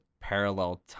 parallel